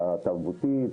התרבותית,